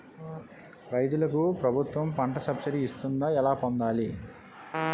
రైతులకు ప్రభుత్వం పంట సబ్సిడీ ఇస్తుందా? ఎలా పొందాలి?